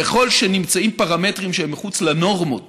ככל שנמצאים פרמטרים שהם מחוץ לנורמות